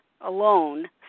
alone